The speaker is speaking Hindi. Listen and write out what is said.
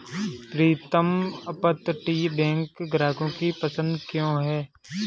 प्रीतम अपतटीय बैंक ग्राहकों की पसंद क्यों है?